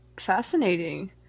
fascinating